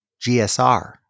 GSR